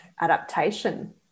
adaptation